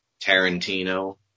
Tarantino